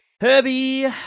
Herbie